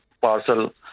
parcel